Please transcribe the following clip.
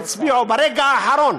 והצביעו ברגע האחרון